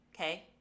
Okay